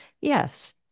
yes